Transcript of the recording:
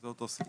זה אותו סיפור,